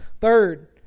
Third